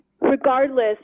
regardless